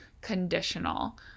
conditional